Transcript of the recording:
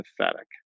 pathetic